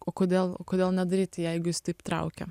o kodėl o kodėl nedaryti jeigu jis taip traukia